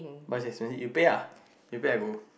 but it's expensive you pay lah you pay I go